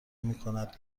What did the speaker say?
میکند